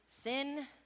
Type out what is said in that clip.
sin